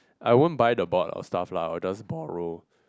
I won't buy the board or stuff lah I will just borrow